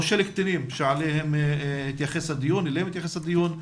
או של קטינים שאליהם מתייחס הדיון,